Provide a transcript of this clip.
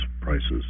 prices